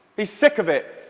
he's sick of it.